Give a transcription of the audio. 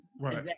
Right